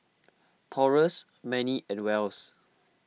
Taurus Mannie and Wells